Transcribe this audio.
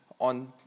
on